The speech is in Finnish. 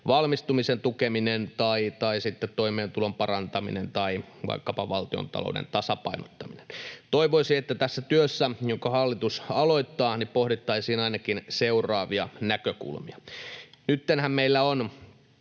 valmistumisen tukeminen tai sitten toimeentulon parantaminen tai vaikkapa valtiontalouden tasapainottaminen. Toivoisin, että tässä työssä, jonka hallitus aloittaa, pohdittaisiin ainakin seuraavia näkökulmia: Nyttenhän meillä on